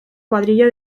cuadrilla